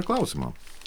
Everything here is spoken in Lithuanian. ir klausimo